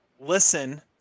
listen